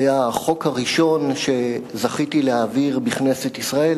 החוק הראשון שזכיתי להעביר בכנסת ישראל